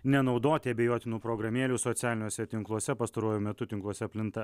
nenaudoti abejotinų programėlių socialiniuose tinkluose pastaruoju metu tinkluose plinta